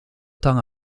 temps